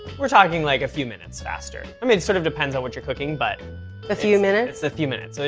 we're talking like a few minutes faster. i mean, it sort of depends on what you're cooking, but a few minutes? it's a few minutes.